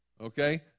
Okay